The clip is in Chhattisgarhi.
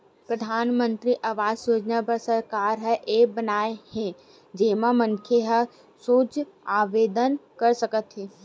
परधानमंतरी आवास योजना बर सरकार ह ऐप बनाए हे जेमा मनखे ह सोझ आवेदन कर सकत हे